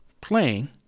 playing